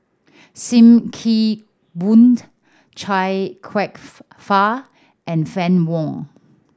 Sim Kee Boon Chia Kwek Fah and Fann Wong